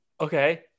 Okay